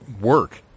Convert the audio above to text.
work